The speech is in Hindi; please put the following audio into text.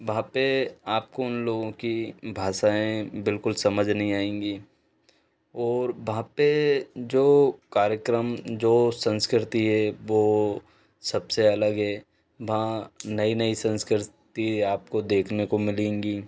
वहाँ पर आप को उन लोगों की भाषाएं बिल्कुल समझ नहीं आएंगी और वहाँ पर जो कार्यक्रम जो संस्कृति है वो सब से अलग है वहाँ नई नई संस्कृति आप को देखने को मिलेगी